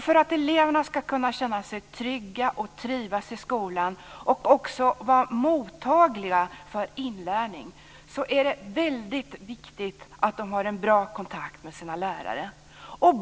För att eleverna ska kunna känna sig trygga och trivas i skolan och även vara mottagliga för inlärning är det väldigt viktigt att de har en bra kontakt med sina lärare.